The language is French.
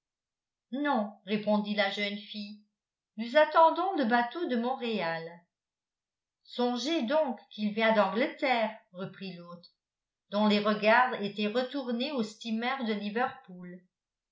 non répondit la jeune fille nous attendons le bateau de montréal songez donc qu'il vient d'angleterre reprit l'autre dont les regards étaient retournés au steamer de liverpool